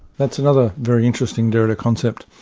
that's another very interesting derrida concept.